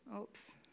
Oops